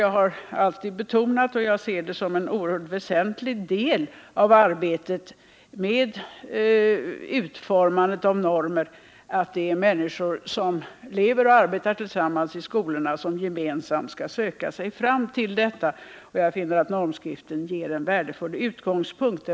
Jag har alltid betonat och ser det som en oerhört väsentlig del av arbetet med utformandet av normer att de människor som lever och arbetar tillsammans i skolorna gemensamt skall söka sig fram till detta. Jag finner att normskriften ger en värdefull utgångspunkt härför.